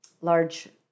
large